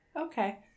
Okay